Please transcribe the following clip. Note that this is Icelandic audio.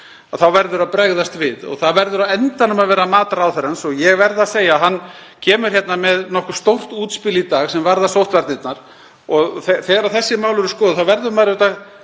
þá verður að bregðast við og það verður á endanum að vera mat ráðherrans og ég verð að segja að hann kemur hérna með nokkuð stórt útspil í dag sem varðar sóttvarnirnar. Þegar þessi mál eru skoðuð þá verður maður auðvitað